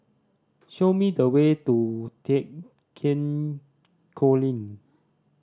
show me the way to Thekchen Choling